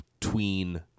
tween